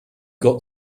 got